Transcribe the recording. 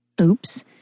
Oops